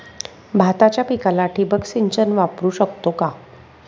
भाताच्या पिकाला ठिबक सिंचन वापरू शकतो का?